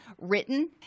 written